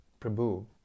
Prabhu